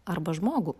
arba žmogų